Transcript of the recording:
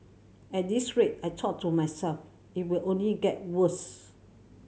at this rate I thought to myself it will only get worse